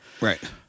Right